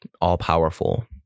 all-powerful